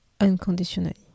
Unconditionally